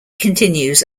continues